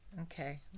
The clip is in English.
Okay